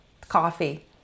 coffee